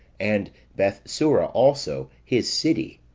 and bethsura also, his city.